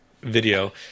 video